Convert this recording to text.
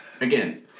again